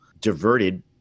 diverted